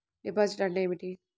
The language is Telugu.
డిపాజిట్లు అంటే ఏమిటి?